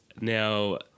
now